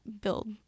build